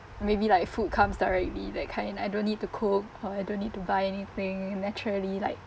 maybe like food comes already that kind I don't need to cook or I don't need to buy anything naturally like